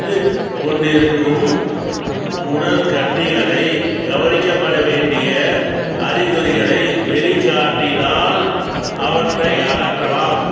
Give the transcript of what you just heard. கொண்டிருக்கும் உடல்கட்டிகளை கவனிக்கப்பட வேண்டிய அறிகுறிகளை வெளிக்காட்டினால் அவற்றை அகற்றலாம்